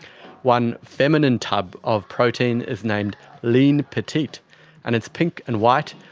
one feminine tub of protein is named lean petite and it's pink and white,